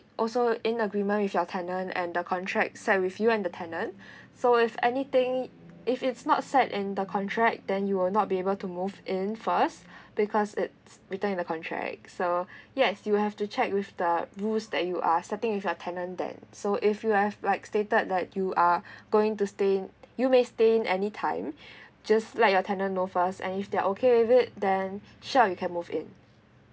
also in agreement with your tenant and the contract set with you and the tenant so if anything if it's not set in the contract then you will not be able to move in first because it's written in the contract so yes you'll have to check with the rules that you are setting with your talent then so if you have like stated that you are going to stay in you may stay in anytime just let your tenant know first and if they are okay with it then sure you can move it